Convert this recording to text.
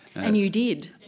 and you did.